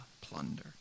plunder